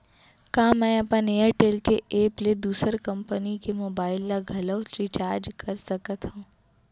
का मैं अपन एयरटेल के एप ले दूसर कंपनी के मोबाइल ला घलव रिचार्ज कर सकत हव?